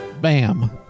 Bam